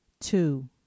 two